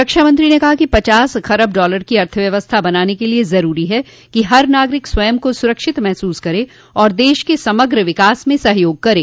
रक्षा मंत्री ने कहा कि पचास खरब डालर की अर्थव्यवस्था बनाने के लिए जरूरी है कि हर नागरिक स्वयं को सुरक्षित महसूस करे और देश के समग्र विकास में सहयोग करे